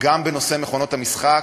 גם בנושא מכונות המשחק,